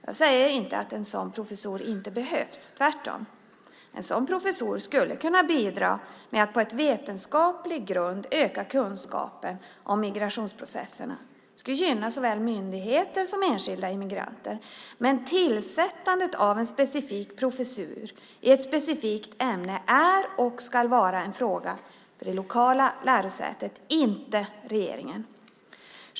Jag säger inte att en sådan professur inte behövs. Tvärtom. En sådan professor skulle kunna bidra med att på vetenskaplig grund öka kunskapen om migrationsprocesserna. Det skulle gynna såväl myndigheter som enskilda immigranter. Men tillsättandet av en specifik professur i ett specifikt ämne är och ska vara en fråga för det lokala lärosätet, inte regeringen.